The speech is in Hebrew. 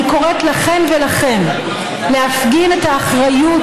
אני קוראת לכן ולכם להפגין את האחריות